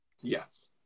Yes